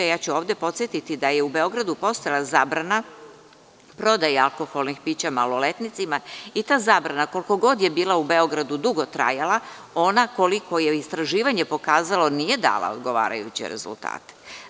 Ja ću ovde podsetiti da je u Beogradu postojala zabrana prodaje alkoholnih pića maloletnicima i ta zabrana koliko god je bila u Beogradu dugo trajala, ona, koliko je istraživanje pokazalao nije dala odgovarajuće rezultate.